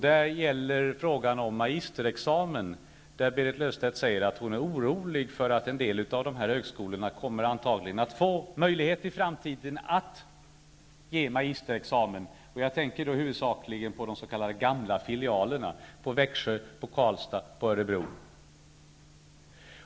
Det gäller där frågan om magisterexamen. Berit Löfstedt säger sig vara orolig för att en del av dessa högskolor antagligen kommer att få möjlighet att ge magisterexamen. Jag tänker då huvudsakligen på de s.k. gamla filialerna, dvs. Växjö, Karlstad och Örebro.